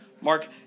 Mark